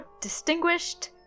distinguished